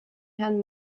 herrn